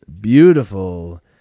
beautiful